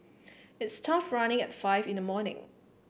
it's tough running at five in the morning